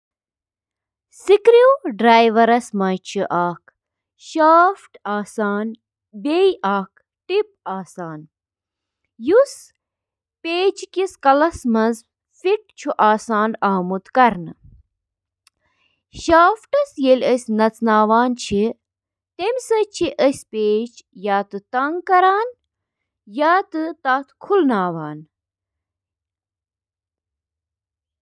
Washing machine چھِ washer کہِ ناوٕ سۭتۍ تہِ زاننہٕ یِوان سۄ مِشیٖن یۄس گنٛدٕ پَلو چھِ واتناوان۔ اَتھ منٛز چھِ اکھ بیرل یَتھ منٛز پلو چھِ تھاونہٕ یِوان۔